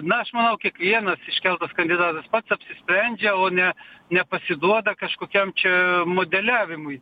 na aš manau kiekvienas iškeltas kandidatas pats apsisprendžia o ne nepasiduoda kažkokiam čia modeliavimui